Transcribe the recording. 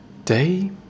Day